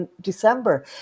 December